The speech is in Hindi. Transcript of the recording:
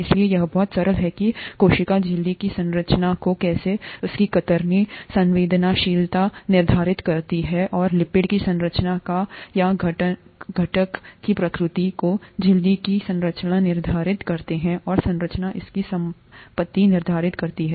इसलिए यह बहुत सरल है कि कोशिका झिल्ली की संरचनाको कैसे उसकी कतरनी संवेदनशीलतानिर्धारित करती है और लिपिड की संरचना या घटक घटक की प्रकृति को झिल्ली की संरचना निर्धारित करते हैं और संरचना इसकी संपत्ति निर्धारित करती है